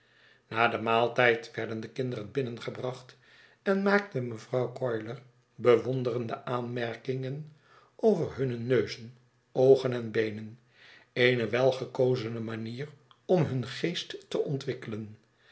na den maaltijd werden de kinderen binnengebracht en maakte mevrouw coiler bewonderende aanmerkingen over hunne neuzen oogen en beenen eene wel gekozene manier om hun geest te ontwikkelen